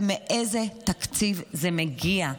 ומאיזה תקציב זה מגיע?